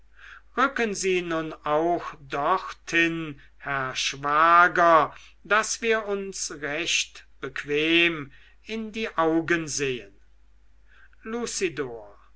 rücken sie nun auch dorthin herr schwager daß wir uns recht bequem in die augen sehen